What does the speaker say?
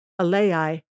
Alei